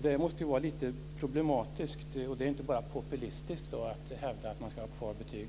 det. Det måste ju vara lite problematiskt. Det är då inte bara populistiskt att hävda att betygen ska vara kvar.